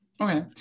Okay